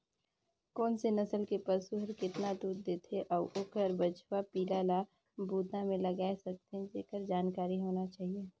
कोन से नसल के पसु हर केतना दूद देथे अउ ओखर बछवा पिला ल बूता में लगाय सकथें, तेखर जानकारी होना चाही